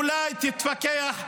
אולי תתפכח,